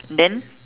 then